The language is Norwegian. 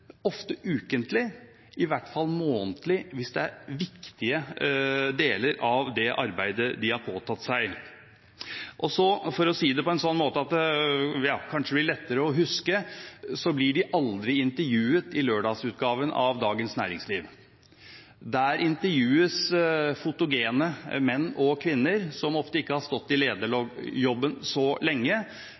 ofte ukentlig, i hvert fall månedlig, hvis det er viktige deler av det arbeidet de har påtatt seg. For å si det på en slik måte at det kanskje blir lettere å huske, blir de aldri intervjuet i lørdagsutgaven av Dagens Næringsliv. Der intervjues fotogene menn og kvinner som ofte ikke har stått i lederjobben så lenge,